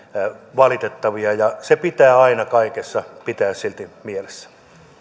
valitettavia se pitää aina kaikessa pitää silti mielessä